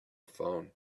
phone